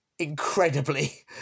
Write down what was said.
incredibly